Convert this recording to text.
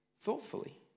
thoughtfully